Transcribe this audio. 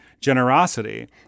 generosity